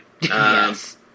Yes